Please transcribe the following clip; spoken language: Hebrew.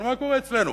אבל מה קורה אצלנו?